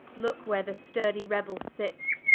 looke where the sturdie rebell sits,